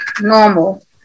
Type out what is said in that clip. normal